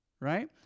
Right